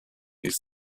ist